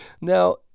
Now